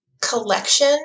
collection